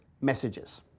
messages